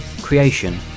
creation